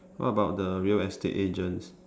what about the real estate agents